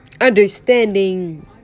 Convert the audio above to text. understanding